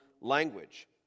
language